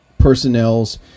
personnels